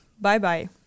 Bye-bye